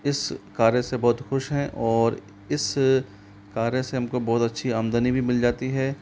इस कार्य से बहुत ख़ुश हैं और इस कार्य से हम को बहुत अच्छी आमदनी भी मिल जाती है